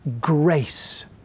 grace